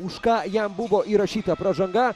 už ką jam buvo įrašyta pražanga